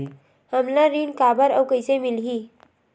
हमला ऋण काबर अउ कइसे मिलही?